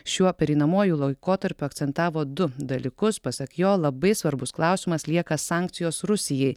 šiuo pereinamuoju laikotarpiu akcentavo du dalykus pasak jo labai svarbus klausimas lieka sankcijos rusijai